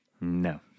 No